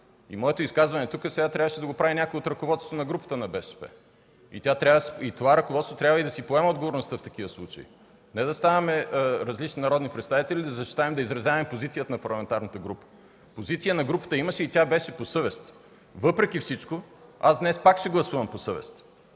Моето изказване тук трябваше да го направи някой от ръководството на групата на БСП и това ръководство трябва да поема отговорността си в такива случаи, а не различни народни представители да ставаме, да изразяваме, да защитаваме позицията на парламентарната група. Позиция на групата имаше и тя беше по съвест. Въпреки всичко аз днес пак ще гласувам по съвест,